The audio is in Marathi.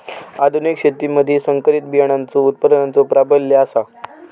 आधुनिक शेतीमधि संकरित बियाणांचो उत्पादनाचो प्राबल्य आसा